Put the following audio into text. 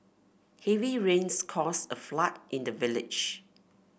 heavy rains caused a flood in the village